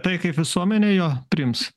tai kaip visuomenė jo priims